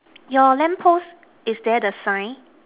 your lamp post is there the sign